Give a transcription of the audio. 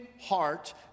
heart